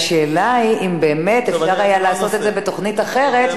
השאלה היא אם באמת אפשר היה לעשות את זה בתוכנית אחרת,